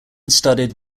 studded